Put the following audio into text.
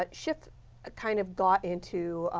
ah schiff ah kind of got into,